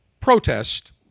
protest